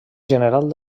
general